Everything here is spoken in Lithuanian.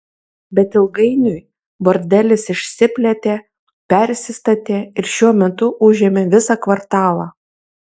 bet ilgainiui bordelis išsiplėtė persistatė ir šiuo metu užėmė visą kvartalą